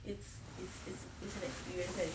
it's it's it's it's an experience and